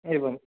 एवं